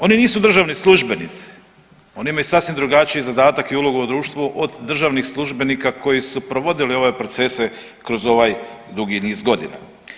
Oni nisu državni službenici, oni imaju sasvim drugačiji zadatak i ulogu u društvu od državnih službenika koji su provodili ove procese kroz ovaj dugi niz godina.